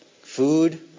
food